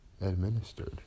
administered